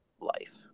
life